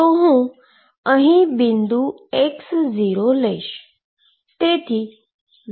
તો હુ અહીં બિંદુ x0 લઈશ